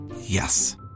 Yes